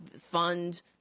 fund